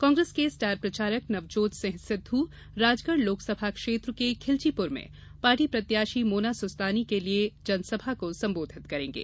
कांग्रेस के स्टार प्रचारक नवजोत सिंह सिद्धू राजगढ़ लोकसभा क्षेत्र के खिलचीपुर में पार्टी प्रत्याशी मोना सुस्तानी के लिए जनसभा को संबोधित करेंगे